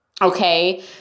Okay